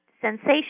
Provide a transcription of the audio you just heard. sensation